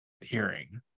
hearing